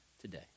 today